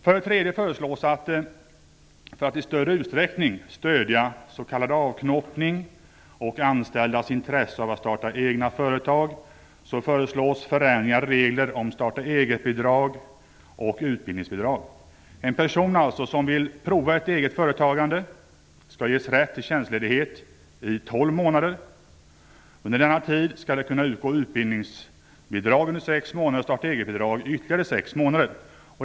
För det tredje: För att i större utsträckning stödja s.k. avknoppning och anställdas intresse av att starta egna företag föreslår vi förändringar i reglerna om starta-eget-bidrag och utbildningsbidrag. En person som vill prova ett eget företagande skall alltså ges rätt till tjänstledighet i tolv månader. Under denna tid skall det kunna utgå utbildningsbidrag i sex månader och starta-eget-bidrag i ytterligare sex månader.